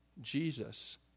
Jesus